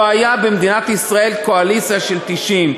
לא הייתה במדינת ישראל קואליציה של 90,